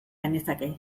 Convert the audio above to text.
genezake